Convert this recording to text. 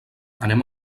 anem